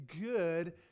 good